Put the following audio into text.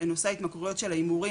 נושא ההתמכרויות של ההימורים,